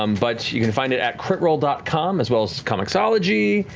um but you can find it at critrole dot com as well as comixology,